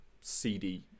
CD